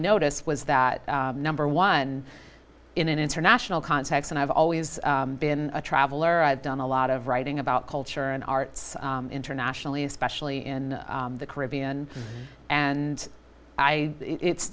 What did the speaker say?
noticed was that number one in an international context and i've always been a traveler i've done a lot of writing about culture and arts internationally especially in the caribbean and i